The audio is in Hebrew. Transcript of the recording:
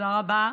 תודה רבה.